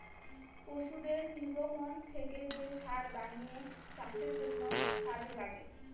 পশুদের নির্গমন থেকে যে সার বানিয়ে চাষের জন্য কাজে লাগে